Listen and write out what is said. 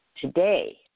Today